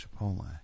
Chipotle